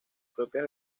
propias